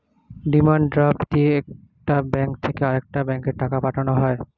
demand draft দিয়ে একটা bank থেকে আরেকটা ব্যাঙ্কে টাকা পাঠানো হয়